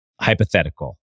Hypothetical